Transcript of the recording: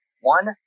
one